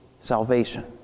salvation